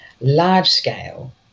large-scale